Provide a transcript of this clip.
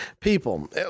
people